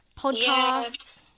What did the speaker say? podcasts